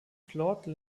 claude